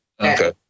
Okay